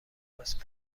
است